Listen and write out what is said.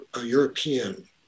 European